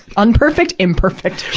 unperfect? imperfect!